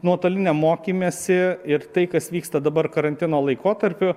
nuotoliniam mokymesi ir tai kas vyksta dabar karantino laikotarpiu